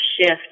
shift